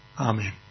Amen